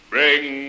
Bring